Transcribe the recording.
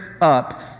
up